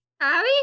Abby